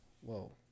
whoa